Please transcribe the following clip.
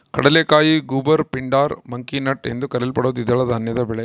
ಕಡಲೆಕಾಯಿ goober pindar monkey nut ಎಂದೂ ಕರೆಯಲ್ಪಡುವ ದ್ವಿದಳ ಧಾನ್ಯದ ಬೆಳೆ